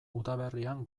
udaberrian